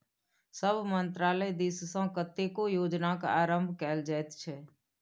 सभ मन्त्रालय दिससँ कतेको योजनाक आरम्भ कएल जाइत छै